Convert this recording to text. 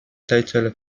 title